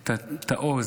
על העוז,